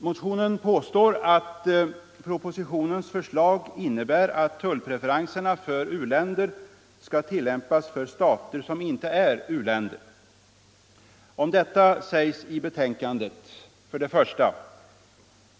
Motionärerna påstår att propositionens förslag innebär att tullpreferenserna för u-länder skall tillämpas för stater som inte är u-länder. Om detta sägs det i betänkandet: 1.